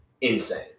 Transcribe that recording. insane